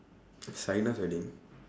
wedding